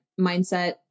mindset